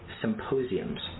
symposiums